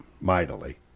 mightily